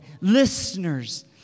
listeners